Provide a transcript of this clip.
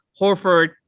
Horford